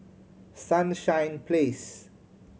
Sunshine Place